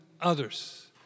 others